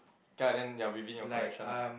K ah then ya within your collection lah